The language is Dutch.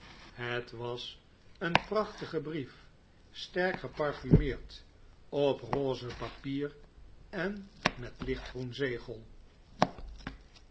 het was een prachtige brief sterk geparfumeerd op rose papier en met